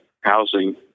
housing